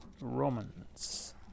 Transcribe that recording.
Romans